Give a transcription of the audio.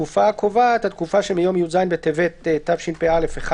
"התקופה הקובעת" התקופה שמיום י"ז בטבת התשפ"א (1